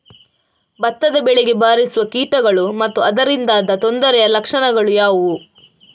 ಭತ್ತದ ಬೆಳೆಗೆ ಬಾರಿಸುವ ಕೀಟಗಳು ಮತ್ತು ಅದರಿಂದಾದ ತೊಂದರೆಯ ಲಕ್ಷಣಗಳು ಯಾವುವು?